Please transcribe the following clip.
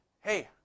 Hey